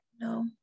no